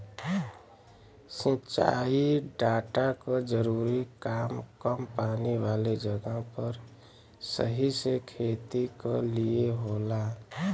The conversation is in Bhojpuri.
सिंचाई डाटा क जरूरी काम कम पानी वाले जगह पर सही से खेती क लिए होला